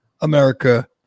America